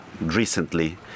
recently